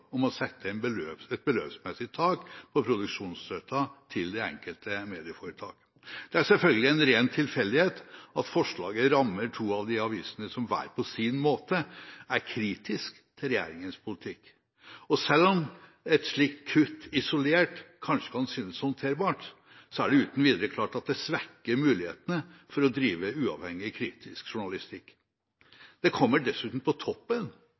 om å sette et beløpsmessig tak på produksjonsstøtten til det enkelte medieforetak. Det er selvfølgelig en ren tilfeldighet at forslaget rammer to av de avisene som hver på sin måte er kritisk til regjeringens politikk. Selv om et slikt kutt isolert sett kanskje kan synes håndterbart, er det uten videre klart at det svekker mulighetene for å drive uavhengig, kritisk journalistikk. Det kommer dessuten på toppen